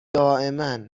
دائما